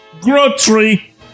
Grocery